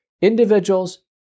Individuals